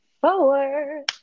four